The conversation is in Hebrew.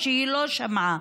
האשמות שהיא לא שמעה.